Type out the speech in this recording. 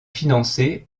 financé